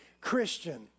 Christian